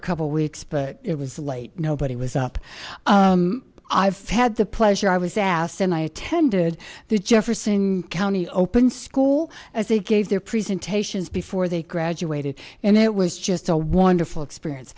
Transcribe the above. a couple weeks but it was late nobody was up i've had the pleasure i was asked and i attended the jefferson county open school as they gave their presentations before they graduated and it was just a wonderful experience